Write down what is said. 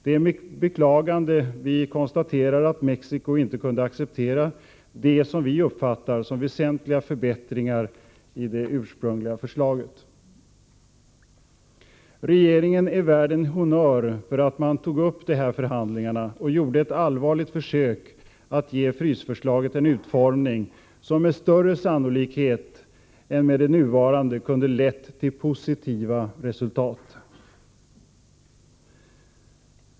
Det är med beklagande vi konstaterar att Mexico inte kunde acceptera det som vi uppfattar som väsentliga förbättringar i det ursprungliga förslaget. Regeringen är värd en honnör för att den tog upp de här förhandlingarna och gjorde ett allvarligt försök att ge frysförslaget en utformning som med större sannolikhet än vad som är fallet med det nuvarande förslaget kunde lett till positiva resultat.